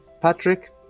patrick